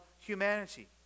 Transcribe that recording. humanity